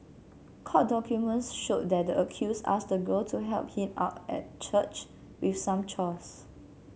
court documents showed that the accused asked the girl to help him out at the church with some chores